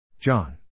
John